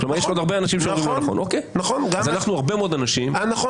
יש פה עוד הרבה אנשים שאמרו לא נכון.